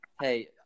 hey